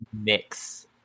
mix